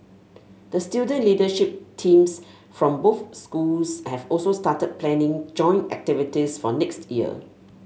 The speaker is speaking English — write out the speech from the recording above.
the student leadership teams from both schools have also started planning joint activities for next year